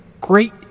great